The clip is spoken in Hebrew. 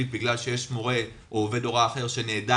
בגלל שיש מורה או עובד הוראה אחר שנעדר,